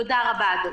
תודה רבה, אדוני.